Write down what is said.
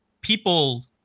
people